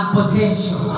potential